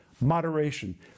moderation